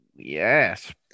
Yes